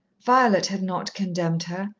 violet had not condemned her,